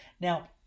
Now